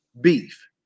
beef